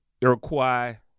Iroquois